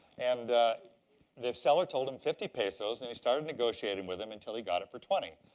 and the seller told him fifty pesos, and he started negotiating with him until he got it for twenty.